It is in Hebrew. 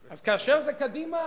אז כאשר זה קדימה,